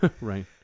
right